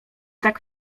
tak